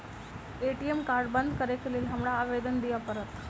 ATM card बंद करैक लेल हमरा आवेदन दिय पड़त?